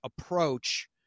approach